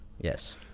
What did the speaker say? Yes